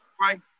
right